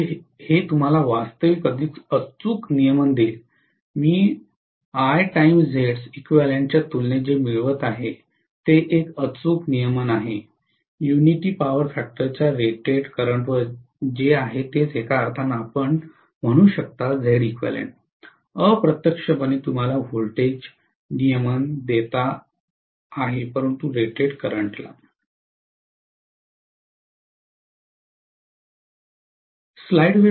तर हे तुम्हाला वास्तविक अधिक अचूक नियमन देईल मी I टाइम्स Z एक्विवैलेन्ट च्या तुलनेत जे मिळवत आहे ते एक अचूक नियमन आहे युनिटी पॉवर फॅक्टरच्या रेटेड करंटवर जे आहे तेच एका अर्थाने आपण म्हणू शकता Zeq अप्रत्यक्षपणे तुम्हाला व्होल्टेज नियमन देत आहे परंतु रेटेड करंटला